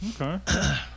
Okay